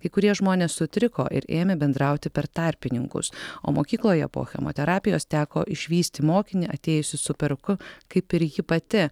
kai kurie žmonės sutriko ir ėmė bendrauti per tarpininkus o mokykloje po chemoterapijos teko išvysti mokinį atėjusį su peruku kaip ir ji pati